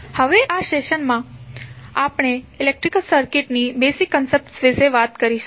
હવે આ સેશન માં આપણે ઇલેક્ટ્રિક સર્કિટ ની બેઝિક કન્સેપ્ટ વિશે વધુ વાત કરીશું